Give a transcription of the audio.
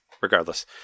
regardless